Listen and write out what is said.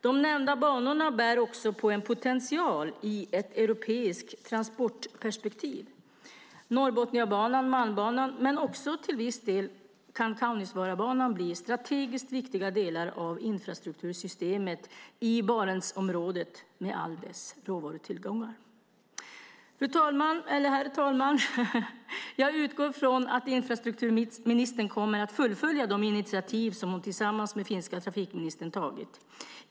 De nämnda banorna bär även på en potential i ett europeiskt transportperspektiv. Norrbotniabanan, Malmbanan men också till viss del Kaunisvaarabanan kan bli strategiskt viktiga delar av infrastruktursystemet i Barentsområdet med alla dess råvarutillgångar. Herr talman! Jag utgår från att infrastrukturministern kommer att fullfölja de initiativ som hon tagit tillsammans med finska trafikministern.